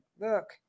look